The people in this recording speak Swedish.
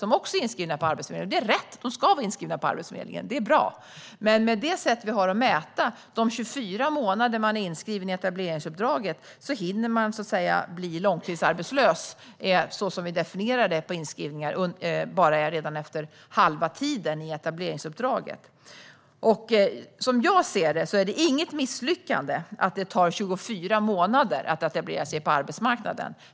De är också inskrivna på Arbetsförmedlingen, vilket är helt rätt - de ska vara inskrivna på Arbetsförmedlingen. Med det sätt vi har att mäta de 24 månader man är inskriven i etableringsuppdraget hinner man dock bli långtidsarbetslös, som vi definierar det i fråga om inskrivningar, redan efter halva tiden. Som jag ser det är det inget misslyckande att det tar 24 månader att etablera sig på arbetsmarknaden.